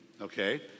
Okay